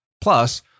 Plus